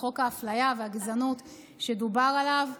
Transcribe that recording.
חוק האפליה והגזענות שדובר עליו.